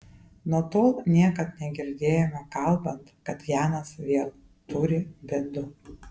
nuo tol niekad negirdėjome kalbant kad janas vėl turi bėdų